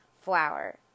flour